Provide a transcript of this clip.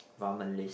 ramen list